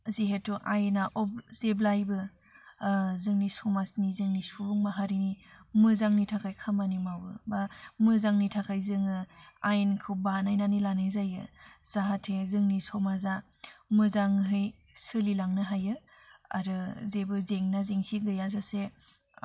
जिहेथु आयेना जेब्लायबो जोंनि समाजनि जोंनि सुबुं माहारिनि मोजांनि थाखाय खामानि मावो बा मोजांनि थाखाय जोङो आयेनखौ बानायनानै लानाय जायो जाहाथे जोंनि समाजा मोजाङै सोलिलांनो हायो आरो जेबो जेंना जेंसि गैयाजासे